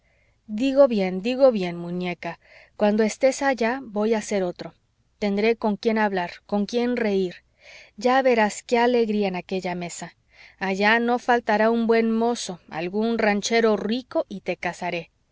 digo bien digo bien muñeca cuando estés allá voy a ser otro tendré con quien hablar con quien reir ya verás que alegría en aquella mesa allá no faltará un buen mozo algún ranchero rico y te casaré